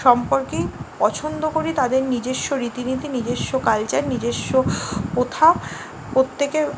সম্পর্কেই পছন্দ করি তাদের নিজস্ব রীতিনীতি নিজস্ব কালচার নিজস্ব প্রথা প্রত্যেকের